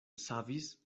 savis